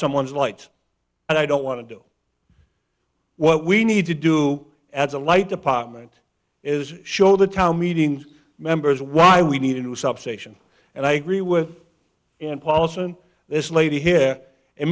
someone's lights and i don't want to do what we need to do as a light department is show the town meeting members why we needed to substation and i agree with paulson this lady here and